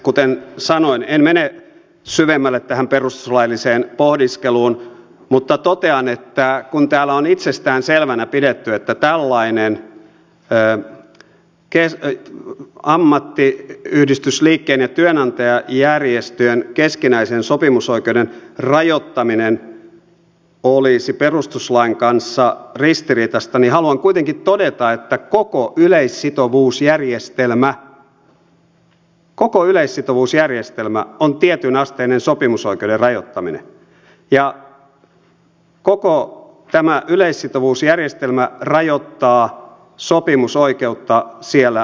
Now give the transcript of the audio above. kuten sanoin en mene syvemmälle tähän perustuslailliseen pohdiskeluun mutta totean että kun täällä on itsestään selvänä pidetty että tällainen ammattiyhdistysliikkeen ja työnantajajärjestöjen keskinäisen sopimusoikeuden rajoittaminen olisi perustuslain kanssa ristiriitaista niin haluan kuitenkin todeta että koko yleissitovuusjärjestelmä koko yleissitovuusjärjestelmä on tietynasteinen sopimusoikeuden rajoittaminen ja koko tämä yleissitovuusjärjestelmä rajoittaa sopimusoikeutta siellä työpaikalla